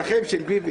של ביבי.